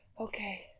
Okay